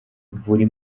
buri